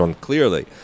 clearly